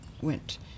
went